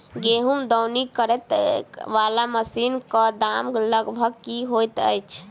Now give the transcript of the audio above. गेंहूँ दौनी करै वला मशीन कऽ दाम लगभग की होइत अछि?